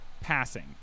passing